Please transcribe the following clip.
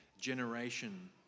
generation